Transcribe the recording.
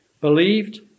believed